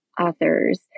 authors